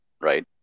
right